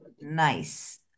Nice